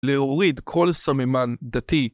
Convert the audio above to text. להוריד כל סממן דתי